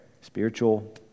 spiritual